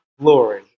glory